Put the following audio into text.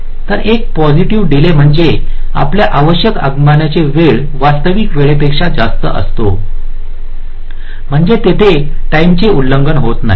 तर एक positive delay म्हणजे आपला आवश्यक आगमन वेळ वास्तविक वेळेपेक्षा जास्त असतो म्हणजे तिथे टाईम चे उल्लंघन होत नाही